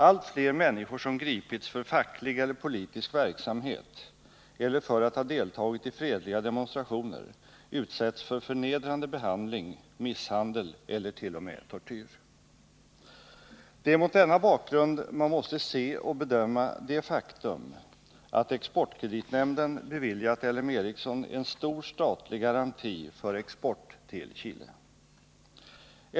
Allt fler människor som gripits för facklig eller politisk verksamhet eller för att ha deltagit i fredliga demonstrationer utsätts för förnedrande behandling, misshandel eller t.o.m. tortyr. Det är mot denna bakgrund man måste se och bedöma det faktum att Exportkreditnämnden beviljat L M Ericsson en stor statlig garanti för export till Chile.